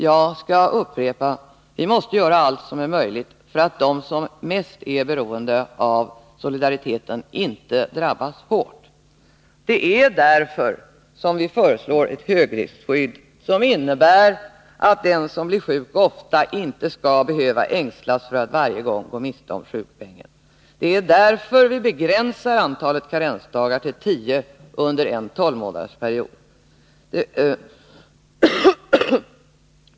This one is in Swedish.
Jag vill upprepa att vi måste göra allt som är möjligt för att de som är mest beroende av vår gemensamma solidaritet inte skall drabbas hårt. Det är därför vi föreslår ett högriskskydd som innebär att den som blir sjuk ofta inte skall behöva ängslas för att varje gång gå miste om sjukpenningen. Det är därför vi begränsar antalet karensdagar till tio under en tolvmånadersperiod.